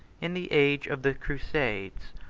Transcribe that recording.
in the age of the crusades,